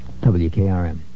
WKRM